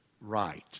right